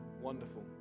Wonderful